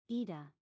Ida